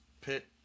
pit